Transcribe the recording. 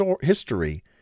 history